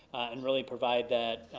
and really provide that